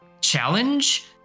challenge